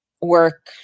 work